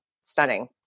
stunning